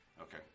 Okay